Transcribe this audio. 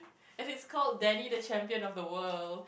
and it's called Danny the Champion of the World